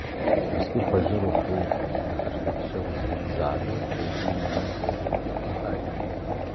paskui pažiro kulkos bet aš laksčiau zigzagais taigi į mane buvo sunku pataikyti